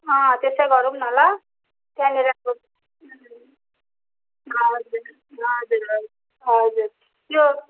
अँ त्यसै गरौँ न ल त्यहाँनेरको हजुर हजुर हजुर हजुर त्यो